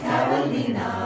Carolina